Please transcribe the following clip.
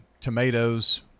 tomatoes